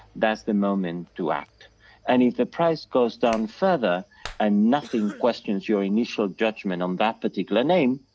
that's the moment to act and if the price goes down further and nothing questions your initial judgment on that particular name,